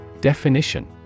Definition